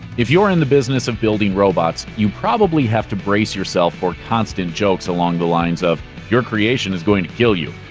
if you're in the business of building robots, you probably have to brace yourself for constant jokes along the lines of your creation is going to kill you.